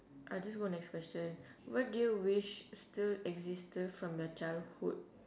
I just go next question what do you wish still existed from your childhood